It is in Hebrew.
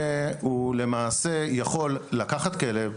שהוא למעשה יכול לקחת כלב,